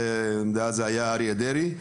אז זה היה אריה דרעי,